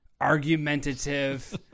Argumentative